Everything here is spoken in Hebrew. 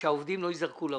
שהעובדים לא ייזרקו לרחוב.